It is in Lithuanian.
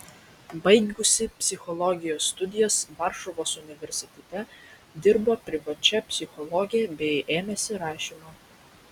baigusi psichologijos studijas varšuvos universitete dirbo privačia psichologe bei ėmėsi rašymo